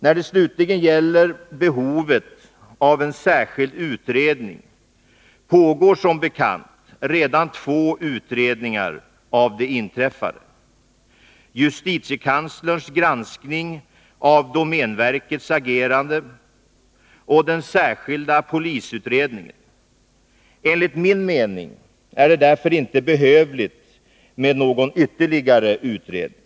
När det slutligen gäller behovet av särskild utredning pågår som bekant redan två utredningar av det inträffade, JK:s granskning av domänverkets agerande och den särskilda polisutredningen. Enligt min mening är det därför inte behövligt med någon ytterligare utredning.